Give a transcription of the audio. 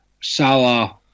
Salah